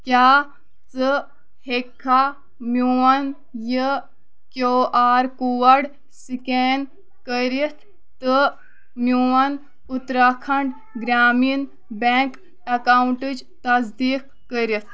کیٛاہ ژٕ ہٮ۪کھا میون یہِ کیوٗ آر کوڈ سکین کٔرِتھ تہٕ میون اُتراکھنٛڈ گرٛامیٖن بیٚنٛک اکاونٹٕچ تصدیق کٔرِتھ